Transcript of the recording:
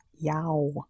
yow